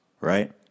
right